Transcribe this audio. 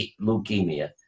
leukemia